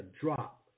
drop